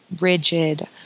rigid